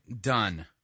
done